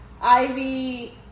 Ivy